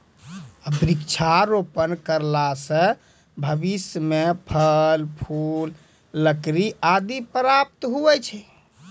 वृक्षारोपण करला से भविष्य मे फल, फूल, लकड़ी आदि प्राप्त हुवै छै